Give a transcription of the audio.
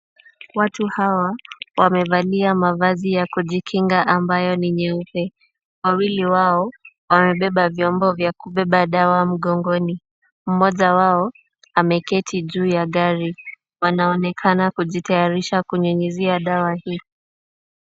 Watu hawa wamevalia mavazi ya kujikinga ambayo ni nyeupe. Wawili wao wamebeba vyombo vya kubeba dawa mgongoni. Mmoja wao ameketi juu ya gari. Wanaonekana kujitayarisha kunyunyuzia dawa hii.